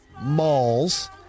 malls